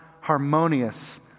harmonious